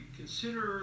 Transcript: consider